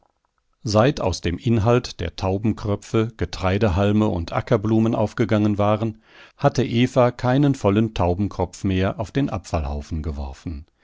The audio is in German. seit aus dem inhalt der taubenkröpfe getreidehalme und ackerblumen aufgegangen waren hatte eva keinen vollen taubenkropf mehr auf den abfallhaufen geworfen